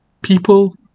People